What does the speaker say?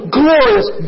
glorious